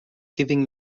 giving